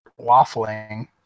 waffling